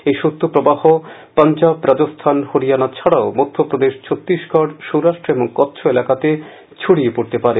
এই শৈত্য প্রবাহ পাঞ্জাব রাজস্থান হরিয়ানা ছাড়াও মধ্যপ্রদেশ ছত্তিশগড় সৌরাট্ট ও কচ্ছ এলাকাতে ছড়িয়ে পড়তে পারে